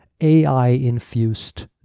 AI-infused